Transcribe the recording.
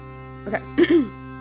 Okay